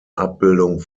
abbildung